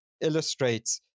illustrates